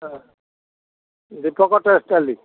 ହଁ ଦୀପକ ଟେକ୍ସଷ୍ଟାଇଲ୍